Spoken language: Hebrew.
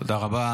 תודה רבה.